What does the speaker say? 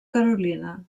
carolina